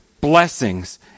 blessings